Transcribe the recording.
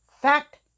fact